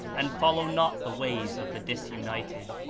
and follow not the ways of the disunited.